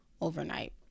overnight